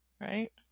right